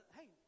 hey